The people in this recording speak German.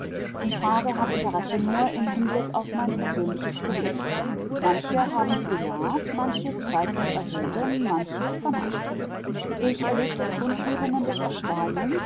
die frage hat interesse nur im hinblick auf mein persönliches problem manche haben sie bejaht manche zweifelnd erwogen manche verneint ich erlebte kundgebungen des erstaunens